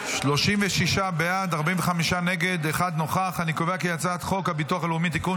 לוועדה את הצעת חוק הביטוח הלאומי (תיקון,